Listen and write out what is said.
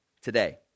today